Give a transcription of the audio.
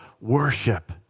worship